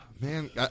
Man